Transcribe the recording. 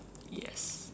yes